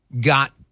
got